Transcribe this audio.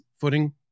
footing